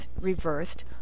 reversed